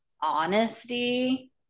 honesty